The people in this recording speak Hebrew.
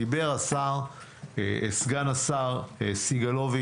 דיבר סגן השר לשעבר,